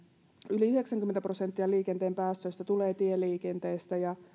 yli yhdeksänkymmentä prosenttia liikenteen päästöistä tulee tieliikenteestä ja